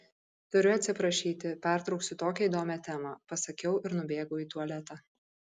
turiu atsiprašyti pertrauksiu tokią įdomią temą pasakiau ir nubėgau į tualetą